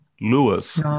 Lewis